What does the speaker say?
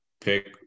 pick